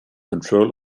control